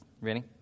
Ready